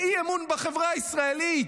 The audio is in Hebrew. זה אי-אמון בחברה הישראלית.